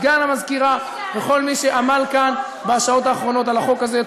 לסגן המזכירה ולכל מי שעמל כאן בשעות האחרונות על החוק הזה.